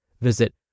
Visit